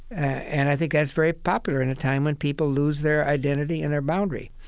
and i think that's very popular in a time when people lose their identity and their boundary.